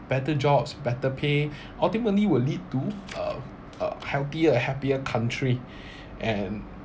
better jobs better pay ultimately will lead to uh uh healthier and happier country and